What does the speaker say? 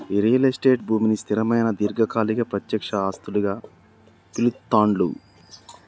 real estate భూమిని స్థిరమైన దీర్ఘకాలిక ప్రత్యక్ష ఆస్తులుగా పిలుత్తాండ్లు